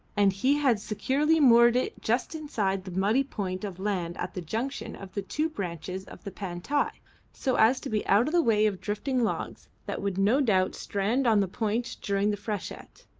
and he had securely moored it just inside the muddy point of land at the junction of the two branches of the pantai so as to be out of the way of drifting logs that would no doubt strand on the point during the freshet.